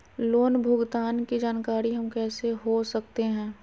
Loan भुगतान की जानकारी हम कैसे हो सकते हैं?